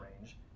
range